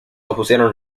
opusieron